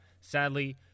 Sadly